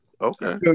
Okay